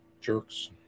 jerks